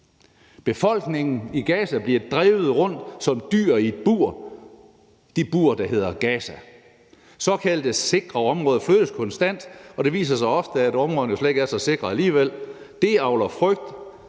Befolkningen i Gaza bliver drevet rundt som dyr i et bur; det bur, der hedder Gaza. Såkaldt sikre områder flyttes konstant, og det viser sig ofte, at områderne jo slet ikke er så sikre alligevel. Det avler frygt